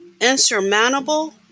Insurmountable